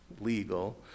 legal